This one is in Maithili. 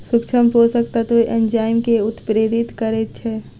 सूक्ष्म पोषक तत्व एंजाइम के उत्प्रेरित करैत छै